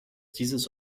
dieses